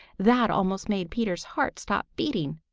that almost made peter's heart stop beating,